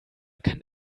kann